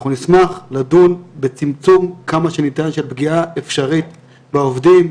אנחנו נשמח לדון בצמצום כמה שניתן של פגיעה אפשרית בעובדים,